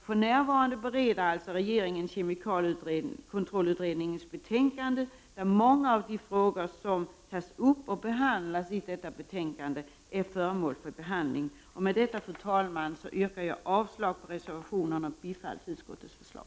För närvarande bereder regeringen alltså kemikaliekontrollutredningens betänkande, där många av de frågor som tas upp i detta betänkande är föremål för behandling. Med detta, fru talman, yrkar jag avslag på reservationerna och bifall till utskottets förslag.